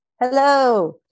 Hello